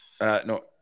No